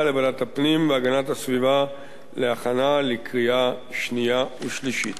לוועדת הפנים והגנת הסביבה להכנה לקריאה שנייה ושלישית.